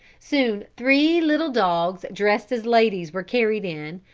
soon three little dogs dressed as ladies were carried in,